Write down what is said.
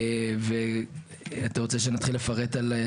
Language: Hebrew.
אתה רוצה שנתחיל לפרט?